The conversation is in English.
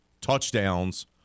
touchdowns